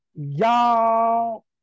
y'all